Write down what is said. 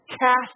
cast